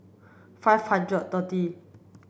five hundred thirty